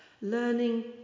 learning